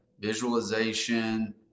visualization